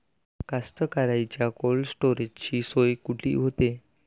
कास्तकाराइच्या कोल्ड स्टोरेजची सोय कुटी होते?